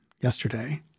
yesterday